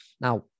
Now